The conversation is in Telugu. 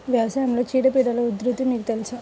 వ్యవసాయంలో చీడపీడల ఉధృతి మీకు తెలుసా?